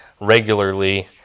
regularly